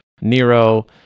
Nero